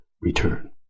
return